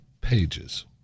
pages